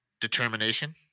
Determination